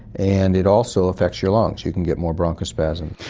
and it also affects your lungs, you can get more bronchospasm.